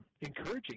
encouraging